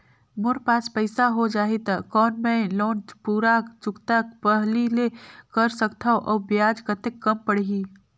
मोर पास पईसा हो जाही त कौन मैं लोन पूरा चुकता पहली ले कर सकथव अउ ब्याज कतेक कम पड़ही?